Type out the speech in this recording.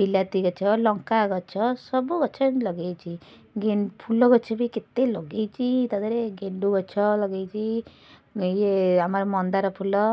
ବିଲାତି ଗଛ ଲଙ୍କା ଗଛ ସବୁଗଛ ଏମିତି ଲଗାଇଛି ଫୁଲ ଗଛ ବି କେତେ ଲଗାଇଛି ତା'ଦେହରେ ଗେଣ୍ଡୁଗଛ ଲଗାଇଛି ଇଏ ଆମର ମନ୍ଦାରଫୁଲ